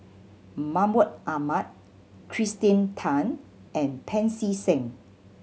Mahmud Ahmad Kirsten Tan and Pancy Seng